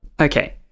Okay